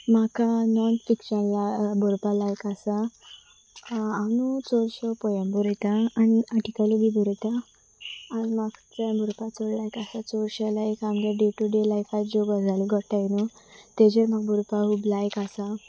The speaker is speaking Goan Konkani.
म्हाका नॉन फिक्शन ला बरोवपा लायक आसा हांव न्हू चडश्यो पोयम बरयतां आनी आटिकल बीन बरयता आनी म्हाका ते बरपा चड लायक आसा चोडशे लायक आमगे डे टू डे लायफाच ज्यो गजाली घोडटाय न्हू तेजेर म्हाका बरोपा खूब लायक आसा